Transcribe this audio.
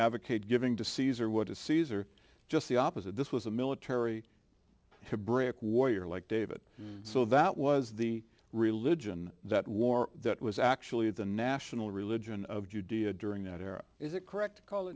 advocate giving to caesar what is caesar just the opposite this was a military brick warrior like david so that was the religion that war that was actually the national religion of judea during that era is that correct c